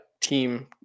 team